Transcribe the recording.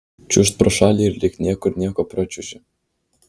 čiūžt pro šalį ir lyg niekur nieko pračiuoži